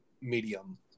medium